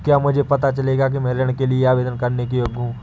मुझे कैसे पता चलेगा कि मैं ऋण के लिए आवेदन करने के योग्य हूँ?